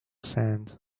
sand